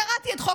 צריך רק לסיים.